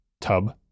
tub